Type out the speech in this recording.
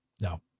no